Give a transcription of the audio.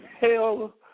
hell